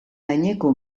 gaineko